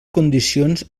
condicions